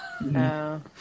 No